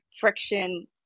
friction